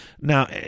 Now